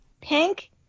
pink